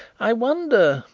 i wonder,